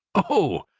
oh!